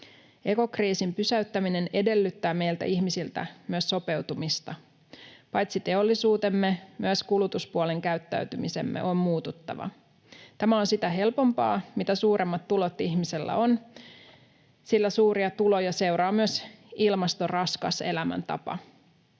Ekokriisin pysäyttäminen edellyttää meiltä ihmisiltä myös sopeutumista. Paitsi teollisuutemme myös kulutuspuolen käyttäytymisemme on muututtava. Tämä on sitä helpompaa mitä suuremmat tulot ihmisellä on, sillä suuria tuloja seuraa myös ilmastoraskas elämäntapa.